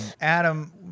Adam